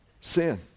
Sin